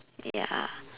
ya